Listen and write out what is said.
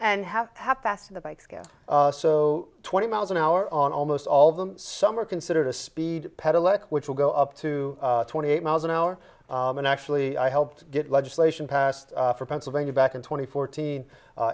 go so twenty miles an hour on almost all of them some are considered a speed pet aleck which will go up to twenty eight miles an hour and actually i helped get legislation passed for pennsylvania back in twenty fourteen